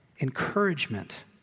encouragement